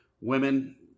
women